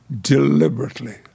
deliberately